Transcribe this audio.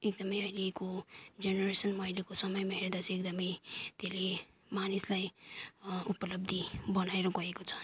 एकदमै अहिलेको जेनरेसनमा अहिलेको समयमा हेर्दा चाहिँ एकदमै त्यसले मानिसलाई उपलब्धि बनाएर गएको छ